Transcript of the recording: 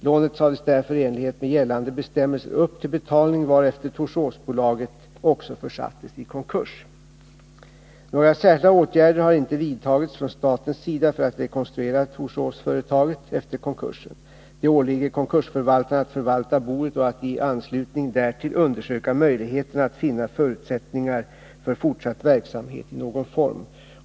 Lånet sades därför i enlighet med gällande bestämmelser upp till betalning, varefter Torsåsbolaget också försattes i konkurs. Några särskilda åtgärder har inte vidtagits från statens sida för att rekonstruera Torsåsföretaget efter konkursen. Det åligger konkursförvaltaren att förvalta boet och att i anslutning därtill undersöka möjligheterna att finna förutsättningar för fortsatt verksamhet i någon form.